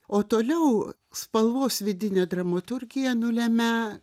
o toliau spalvos vidinė dramaturgija nulemia